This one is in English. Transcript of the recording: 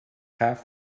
half